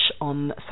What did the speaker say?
on